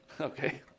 Okay